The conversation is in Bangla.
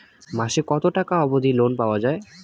মাসে কত টাকা অবধি লোন পাওয়া য়ায়?